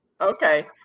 Okay